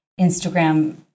Instagram